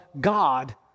God